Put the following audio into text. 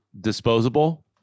disposable